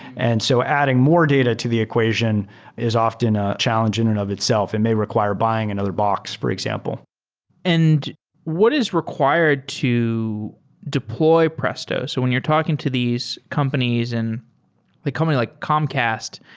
and so adding more data to the equation is often ah challenging and of itself and may require buying another box, for example and what is required to deploy presto? so when you're talking to these companies and a company like comcast,